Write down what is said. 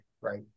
right